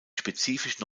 spezifischen